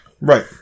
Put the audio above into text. Right